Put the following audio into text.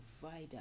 provider